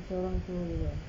macam orang tua gitu